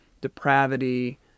depravity